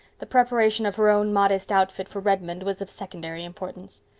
the preparation of her own modest outfit for redmond was of secondary importance.